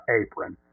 apron